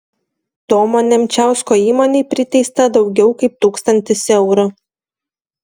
tomo nemčiausko įmonei priteista daugiau kaip tūkstantis eurų